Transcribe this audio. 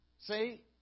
See